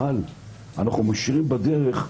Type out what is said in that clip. אבל אנחנו משאירים בדרך,